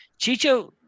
Chicho